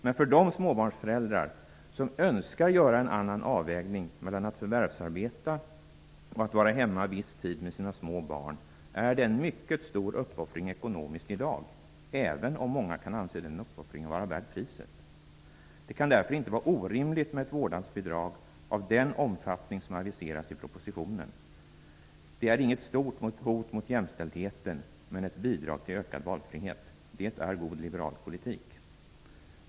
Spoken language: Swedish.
Men för de småbarnsföräldrar som önskar göra en annan avvägning mellan att förvärvsarbeta och att vara hemma viss tid med sina små barn, är det en mycket stor uppoffring ekonomiskt i dag -- även om många kan anse den uppoffringen vara värd priset. Det kan därför inte vara orimligt med ett vårdnadsbidrag av den omfattning som aviseras i propositionen. Det är inget stort hot mot jämställdheten men ett bidrag till ökad valfrihet. Det är god liberal politik.